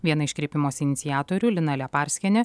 viena iš kreipimosi iniciatorių lina leparskienė